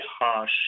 harsh